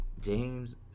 James